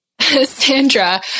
Sandra